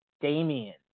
Damian